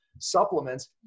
supplements